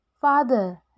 Father